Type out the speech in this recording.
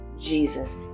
Jesus